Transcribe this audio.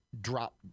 drop